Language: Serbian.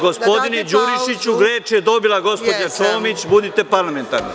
Gospodine Đurišiću, reč je dobila gospođa Čomić, budite parlamentarni.